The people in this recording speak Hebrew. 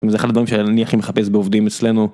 זה אחד הדברים שאני הכי מחפש בעובדים אצלנו.